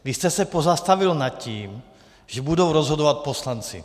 Vy jste se pozastavil nad tím, že budou rozhodovat poslanci.